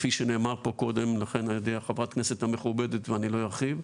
כפי שנאמר פה קודם על ידי חברת הכנסת המכובדת ולא ארחיב.